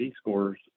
scores